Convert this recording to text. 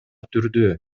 түрдүү